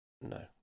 no